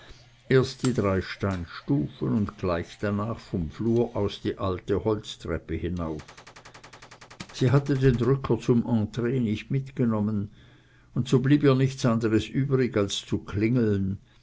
erst die drei steinstufen und gleich danach vom flur aus die alte holztreppe hinauf sie hatte den drücker zum entree nicht mitgenommen und so blieb ihr nichts anderes übrig als zu klingeln